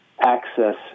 access